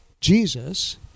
Jesus